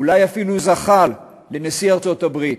אולי אפילו זחל לנשיא ארצות-הברית